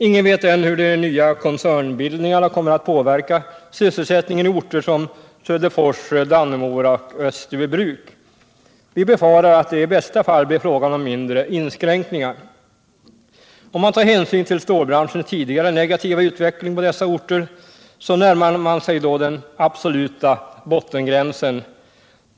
Ingen vet ännu hur de nya koncernbildningarna kommer att påverka sysselsättningen i orter som Söderfors, Dannemora och Österbybruk. Vi befarar att det i bästa fall blir fråga om mindre inskränkningar. Om man tar hänsyn till stålbranschens tidigare negativa utveckling på dessa orter, så närmar man sig den absoluta bottengränsen.